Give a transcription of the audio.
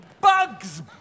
Bugs